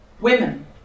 Women